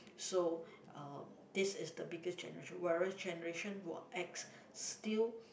so uh this the biggest generation whereas generation were X still